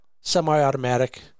semi-automatic